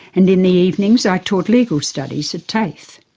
and in the evenings, i taught legal studies at tafe.